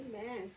Amen